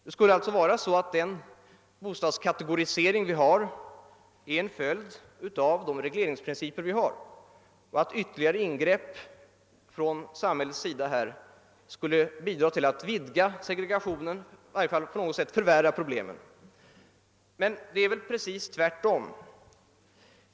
Det skulle alltså vara så, att den nuvarande bostadskategoriseringen är en följd av de regleringsprinciper som tillämpas och att ytterligare ingrepp från samhällets sida skulle bidra till att vidga segregationen eller i varje fall på något sätt förvärra problemen! Det förhåller sig väl precis tvärtom!